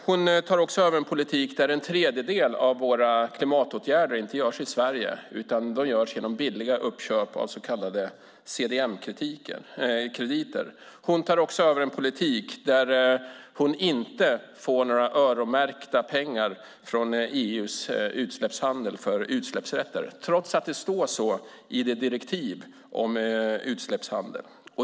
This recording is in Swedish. Hon tar också över en politik där en tredjedel av våra klimatåtgärder inte görs i Sverige utan de görs genom billiga uppköp av så kallade CDM-krediter. Hon tar också över en politik där hon inte får några öronmärkta pengar från EU:s utsläppshandel för utsläppsrätter, trots att det står så i direktivet om utsläppshandel.